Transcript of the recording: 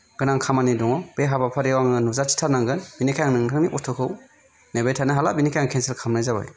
गोनां खामानि दङ बे हाबाफारियाव आङो नुजाथिथारनांगोन बिनिखाय आं नोंथांनि अट'खौ नेबाय थानो हाला बिनिखाय आं केन्सेल खालामनाय जाबाय